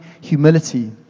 humility